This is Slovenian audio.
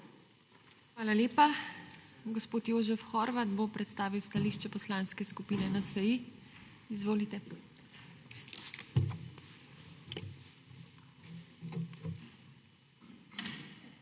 Hvala lepa. Gospod Jožef Horvat bo predstavil stališče Poslanske skupine NSi. Izvolite. JOŽEF